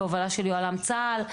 בהובלה של יוהל"מ צה"ל,